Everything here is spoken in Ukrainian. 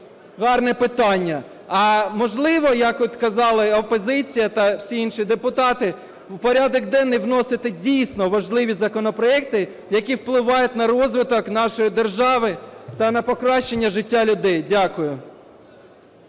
гарне питання, а, можливо, як от казали опозиція та всі інші депутати, в порядок денний вносити дійсно важливі законопроекти, які впливають на розвиток нашої держави та на покращення життя людей. Дякую.